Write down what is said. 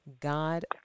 God